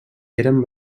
eren